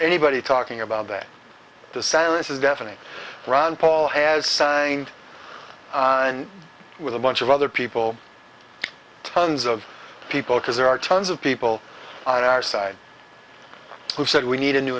anybody talking about that the silence is deafening ron paul has signed on with a bunch of other people tons of people because there are tons of people on our side who said we need a new